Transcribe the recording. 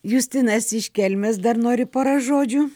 justinas iš kelmės dar nori pora žodžių